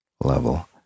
level